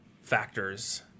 factors